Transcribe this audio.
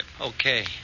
Okay